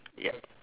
yup